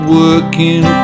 working